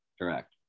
Correct